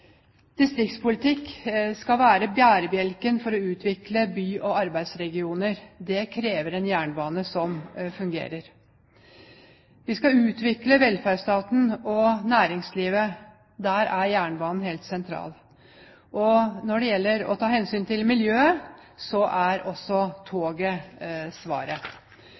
Distriktspolitikk skal være bærebjelken for å utvikle by- og arbeidsregioner. Det krever en jernbane som fungerer. Vi skal utvikle velferdsstaten og næringslivet. Der er jernbanen helt sentral. Når det gjelder å ta hensyn til miljøet, er også toget svaret.